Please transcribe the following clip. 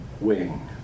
wing